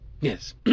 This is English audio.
Yes